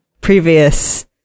previous